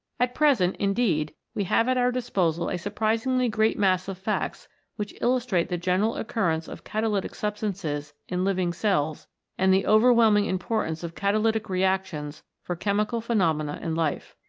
at present, indeed, we have at our disposal a surprisingly great mass of facts which illustrate the general occurrence of catalytic substances in living cells and the overwhelming importance of catalytic reactions for chemical phenomena in life.